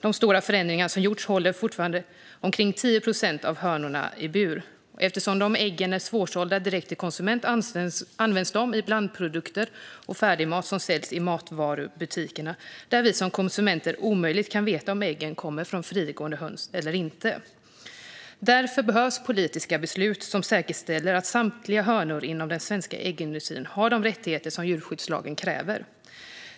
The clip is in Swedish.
de stora förändringar som gjorts hålls fortfarande omkring 10 procent av hönorna i bur. Eftersom de äggen är svårsålda direkt till konsument används de i blandprodukter och färdigmat som säljs i matvarubutikerna, där vi som konsumenter omöjligt kan veta om äggen kommer från frigående höns eller inte. Därför behövs politiska beslut som säkerställer att samtliga hönor inom den svenska äggindustrin har de rättigheter som djurskyddslagen kräver.